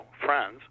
friends